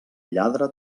lladre